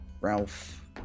ralph